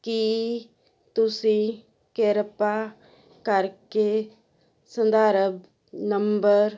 ਕੀ ਤੁਸੀਂ ਕਿਰਪਾ ਕਰਕੇ ਸੰਦਰਭ ਨੰਬਰ